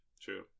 true